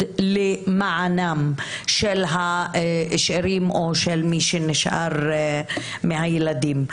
למענם של השאירים או של מי שנשאר מהילדים.